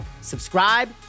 subscribe